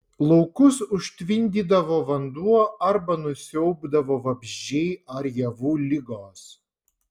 laukus užtvindydavo vanduo arba nusiaubdavo vabzdžiai ar javų ligos